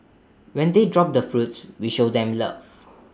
when they drop the fruits we show them love